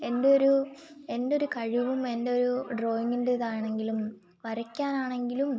എൻ്റെയൊരു എൻ്റെയൊരു കഴിവും എൻ്റെയൊരു ഡ്രോയിംങ്ങിൻ്റെ ഇതാണെങ്കിലും വരയ്ക്കാനാണെങ്കിലും